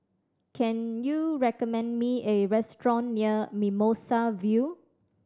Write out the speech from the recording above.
can you recommend me a restaurant near Mimosa View